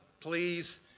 Please